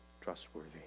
trustworthy